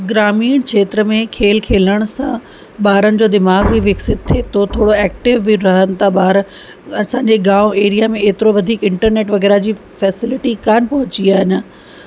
ग्रामीण क्षेत्र में खेल खेलण सां ॿारनि जो दिमाग़ बि विकसित थिए थो थोरो एक्टिव बि रहनि था ॿार असांजे गांव एरिया में एतिरो वधीक इंटरनेट वग़ैरह जी फ़ैसिलिटी कोन पहुची आहे अञा